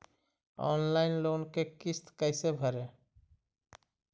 Online loan के किस्त कैसे भरे?